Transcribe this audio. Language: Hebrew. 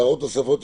הערות נוספות?